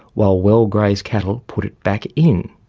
while well-grazed cattle put it back in.